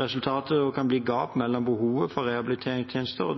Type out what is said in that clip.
Resultatet kan bli et gap mellom behovet for rehabiliteringstjenester